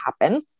happen